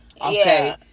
Okay